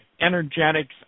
energetics